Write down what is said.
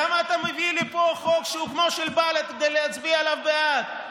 למה אתה מביא לפה חוק שהוא כמו של בל"ד כדי להצביע עליו בעד?